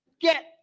get